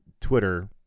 Twitter